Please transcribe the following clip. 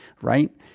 right